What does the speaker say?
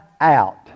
out